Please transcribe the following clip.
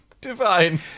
Divine